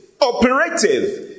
operative